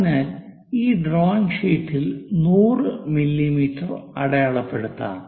അതിനാൽ ഈ ഡ്രോയിംഗ് ഷീറ്റിൽ 100 മില്ലീമീറ്റർ അടയാളപ്പെടുത്താം